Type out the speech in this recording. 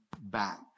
back